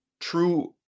true